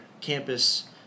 Campus